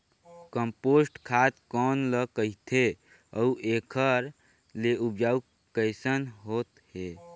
Compost खाद कौन ल कहिथे अउ एखर से उपजाऊ कैसन होत हे?